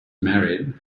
married